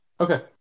Okay